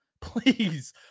Please